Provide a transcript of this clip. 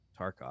tarkov